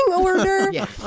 order